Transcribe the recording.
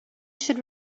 should